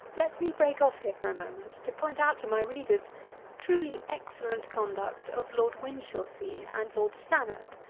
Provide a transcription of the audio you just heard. let me break off here for a moment to point out to my readers the truly excellent conduct of lord winchilsea and lord stanhope,